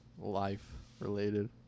life-related